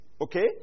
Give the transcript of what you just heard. Okay